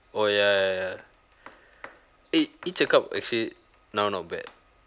oh ya ya ya eh each-a-cup I feel now not bad